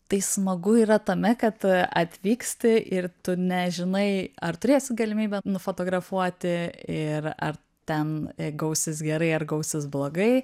tai smagu yra tame kad atvyksti ir tu nežinai ar turėsi galimybę nufotografuoti ir ar ten gausis gerai ar gausis blogai